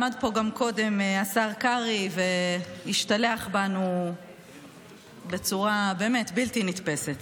עמד פה גם קודם השר קרעי והשתלח בנו בצורה באמת בלתי נתפסת.